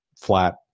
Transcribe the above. flat